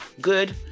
Good